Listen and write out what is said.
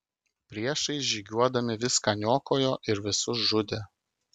priešai žygiuodami viską niokojo ir visus žudė